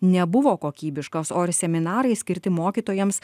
nebuvo kokybiškas o ir seminarai skirti mokytojams